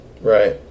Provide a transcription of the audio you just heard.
Right